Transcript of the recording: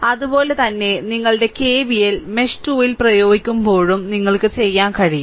അതുപോലെ തന്നെ നിങ്ങളുടെ KVL മെഷ് 2 ൽ പ്രയോഗിക്കുമ്പോഴും നിങ്ങൾക്ക് ചെയ്യാൻ കഴിയും